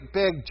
big